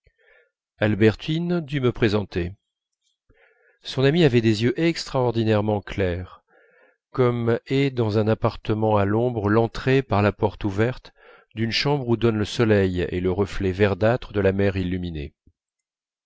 albertine dut me présenter son amie avait des yeux extraordinairement clairs comme est dans un appartement à l'ombre l'entrée par la porte ouverte d'une chambre où donnent le soleil et le reflet verdâtre de la mer illuminée